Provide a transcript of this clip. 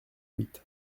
huit